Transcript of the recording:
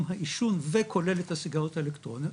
העישון וכולל את הסיגריות האלקטרוניות,